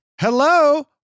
Hello